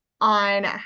on